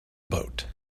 boat